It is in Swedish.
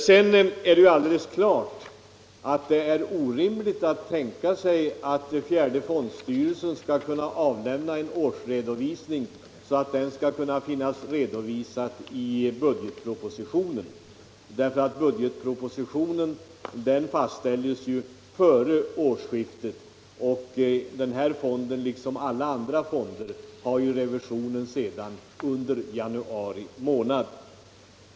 Sedan är det alldeles klart att det är orimligt att tänka sig att fjärde fondstyrelsen skall kunna avlämna en årsredovisning så att den kan finnas redovisad i budgetpropositionen. Budgetpropositionen fastställs före årsskiftet, och för AP-fonden, liksom alla andra fonder, sker ju revisionen under januari månad.